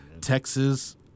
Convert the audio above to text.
Texas